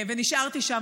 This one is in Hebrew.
נשארתי שם,